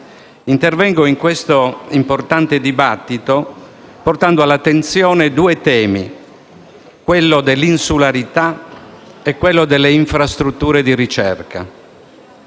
intervengo in questo importante dibattito portando all'attenzione due temi, quello dell'insularità e quello delle infrastrutture di ricerca,